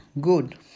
Good